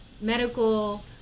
medical